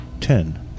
ten